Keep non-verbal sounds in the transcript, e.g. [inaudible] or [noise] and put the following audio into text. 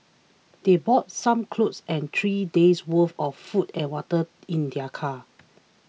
they brought some clothes and three day's worth of food and water in their car [noise]